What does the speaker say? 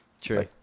True